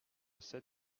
sept